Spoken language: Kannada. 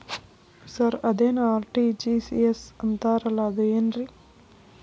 ಸರ್ ಅದೇನು ಆರ್.ಟಿ.ಜಿ.ಎಸ್ ಅಂತಾರಲಾ ಅದು ಏನ್ರಿ?